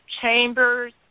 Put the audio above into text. chambers